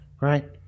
right